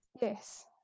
yes